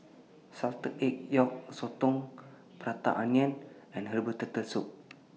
Salted Egg Yolk Sotong Prata Onion and Herbal Turtle Soup